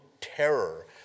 terror